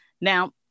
Now